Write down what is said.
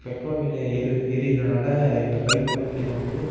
petrol விலை ஏறி ஏறிருக்கறனால எங்கள் பைக் வாழ்க்கையில வந்து